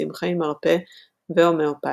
צמחי מרפא והומאופתיה.